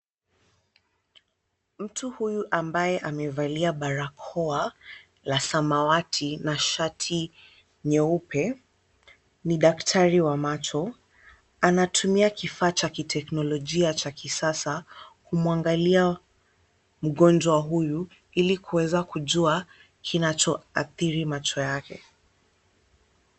Mtu huyu ambaye amevalia barakoa la samawati na shati nyeupe ni daktari wa macho. Anatumia kifaa cha kiteknolojia cha kisasa kumwangalia mgonjwa huyu ili kuweza kujua kinachoathiri macho yake.